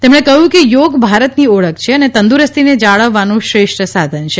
તેમણે કહ્યું કે થોગ ભારતની ઓળખ છે અને તંદુરસ્તીને જાળવવાનું શ્રેષ્ઠ સાધન છે